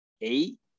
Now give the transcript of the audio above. eight